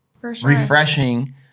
refreshing